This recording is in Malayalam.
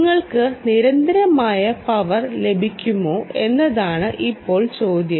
നിങ്ങൾക്ക് നിരന്തരമായ പവർ ലഭിക്കുമോ എന്നതാണ് ഇപ്പോൾ ചോദ്യം